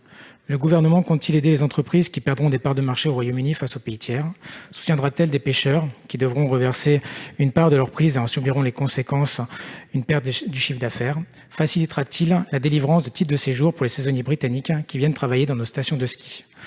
Le Gouvernement compte-t-il aider les entreprises qui perdront des parts de marché au Royaume-Uni face aux pays tiers ? Soutiendra-t-il les pêcheurs qui devront reverser une part de leurs prises et qui subiront en conséquence une perte de chiffre d'affaires ? Facilitera-t-il la délivrance de titres de séjour pour les saisonniers britanniques qui viennent travailler dans nos stations de ski ?